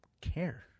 care